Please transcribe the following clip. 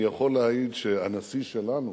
אני יכול להעיד שהנשיא שלנו,